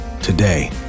today